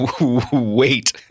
Wait